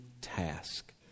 task